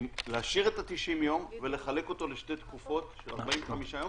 להשאיר את ה-90 יום ולחלק אותם לשתי תקופות של 45 יום.